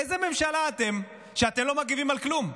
איזו ממשלה אתם, שאתם לא מגיבים על כלום?